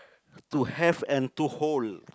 to have and to hold